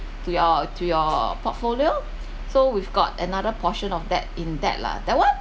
to your to your portfolio so we've got another portion of that in that lah that one